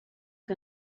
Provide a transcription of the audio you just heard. que